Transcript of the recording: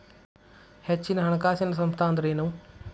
ಹೆಚ್ಚಿನ ಹಣಕಾಸಿನ ಸಂಸ್ಥಾ ಅಂದ್ರೇನು?